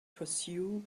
pursue